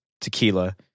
tequila